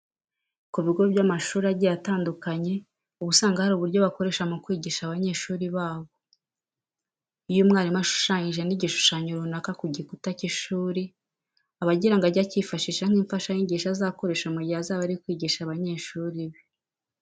Ku bigo by'amashuri agiye atandukanye uba usanga hari uburyo bakoresha mu kwigisha abanyeshuri babo. Iyo umwarimu ashushanyije n'igishushanyo runaka ku gikuta cy'ishuri, aba agira ngo ajye akifashishe nk'imfashanyigisho azakoresha mu gihe azaba ari kwigisha abanyeshuri be.